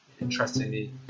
interestingly